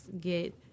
get